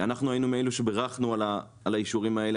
אנחנו היינו מאלו שבירכנו על האישורים האלה.